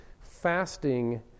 fasting